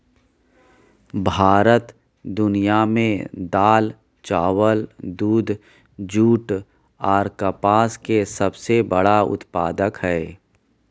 भारत दुनिया में दाल, चावल, दूध, जूट आर कपास के सबसे बड़ा उत्पादक हय